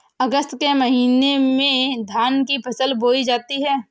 अगस्त के महीने में धान की फसल बोई जाती हैं